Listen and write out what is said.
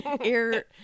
air